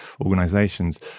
organisations